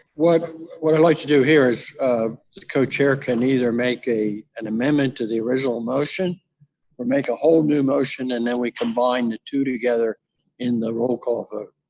what what i'd like to do here is the co-chair can either make an amendment to the original motion or make a whole new motion and then, we combine the two together in the roll call vote.